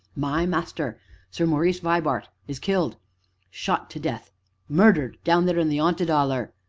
my master sir maurice vibart is killed shot to death murdered down there in the aunted oller!